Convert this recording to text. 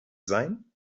sein